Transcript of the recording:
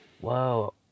Whoa